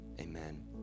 Amen